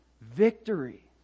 victory